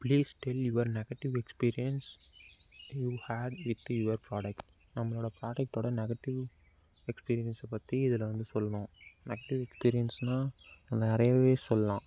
please tell your negative experience you had with your product நம்மளோட ப்ராடெக்ட்டோட negative எக்ஸ்பீரியன்ஸை பற்றி இதில் வந்து சொல்லணும் நெகட்டிவ் எக்ஸ்பீரியன்ஸ்னால் நிறையவே சொல்லலாம்